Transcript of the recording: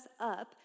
up